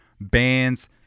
bands